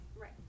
Right